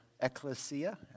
ecclesia